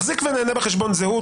מחזיק ונהנה בחשבון, זהות.